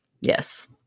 Yes